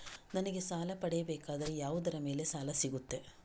ನನಗೆ ಸಾಲ ಪಡೆಯಬೇಕಾದರೆ ಯಾವುದರ ಮೇಲೆ ಸಾಲ ಸಿಗುತ್ತೆ?